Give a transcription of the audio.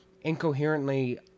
incoherently